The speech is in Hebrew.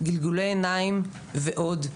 גלגולי עיניים ועוד.